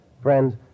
Friends